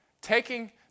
taking